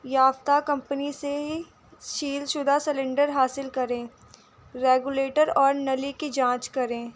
یافتہ کمپنی سے ہی سیل شدہ سلینڈر حاصل کریں ریگولیٹر اور نلی کی جانچ کریں